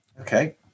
Okay